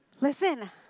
Listen